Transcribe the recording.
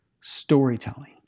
storytelling